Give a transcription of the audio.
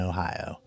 Ohio